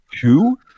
Two